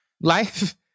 Life